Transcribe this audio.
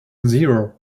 zero